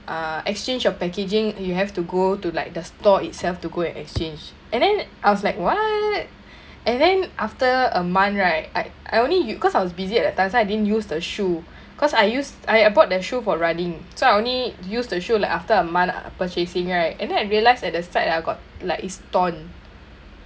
uh exchange your packaging you have to go to like the store itself to go and exchange and then I was like what and then after a month right I I only use cause I was busy at that time so I didn't use the shoe cause I use I bought the shoe for running so I only use the shoe like after a month purchasing right and then I realized at the side lah got like it's torn